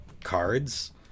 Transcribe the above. cards